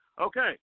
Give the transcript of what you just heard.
Okay